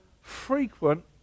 frequent